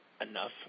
enough